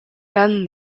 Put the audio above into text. ben